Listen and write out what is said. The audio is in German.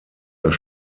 das